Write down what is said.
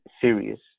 serious